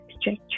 stretch